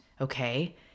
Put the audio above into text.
okay